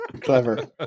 Clever